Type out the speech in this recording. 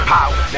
Power